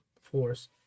force